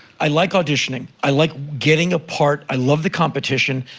i like auditioning. i like getting a part. i love the competition.